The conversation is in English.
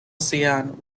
sian